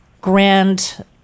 Grand